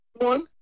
One